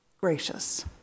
gracious